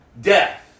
death